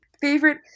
favorite